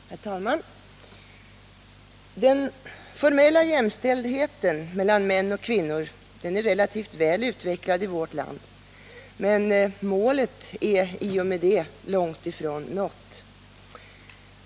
Herr talman! Den formella jämställdheten mellan män och kvinnor är relativt väl utvecklad i vårt land, men målet är i och med det långt ifrån nått.